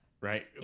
right